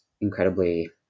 incredibly